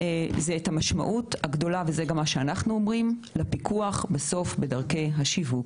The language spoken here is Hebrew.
המשמעות הגדולה שיש לפיקוח בדרכי השיווק,